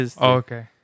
okay